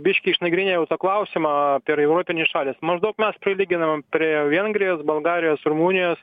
biškį išnagrinėjau tą klausimą per europinės šalys maždaug mes prilyginam prie vengrijos bulgarijos rumunijos